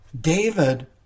David